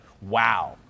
Wow